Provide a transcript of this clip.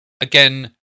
Again